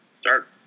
start